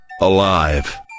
alive